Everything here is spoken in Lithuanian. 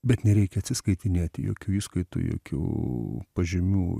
bet nereikia atsiskaitinėti jokių įskaitų jokių pažymių